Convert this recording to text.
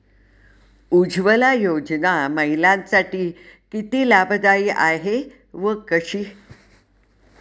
उज्ज्वला योजना महिलांसाठी किती लाभदायी आहे व कशी?